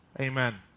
Amen